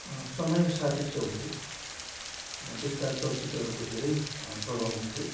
समयसापेक्ष हुन्थे त्यस्ता चलचित्रहरूको धेरै प्रभाव हुन्थ्यो